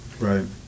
right